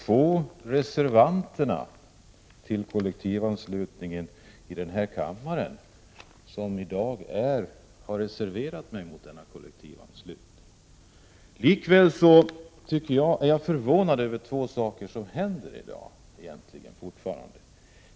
Fru talman! Jag är kanske en av de få här i kammaren i dag som har reserverat mig mot kollektivanslutning. Likväl är jag förvånad över två saker som händer här.